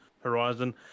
Horizon